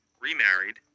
remarried